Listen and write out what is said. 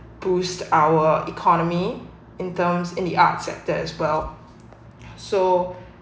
boost our economy in terms in the arts sector as well so